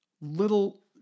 little